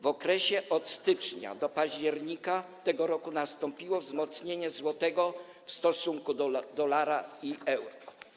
W okresie od stycznia do października tego roku nastąpiło wzmocnienie złotego w stosunku do dolara i euro.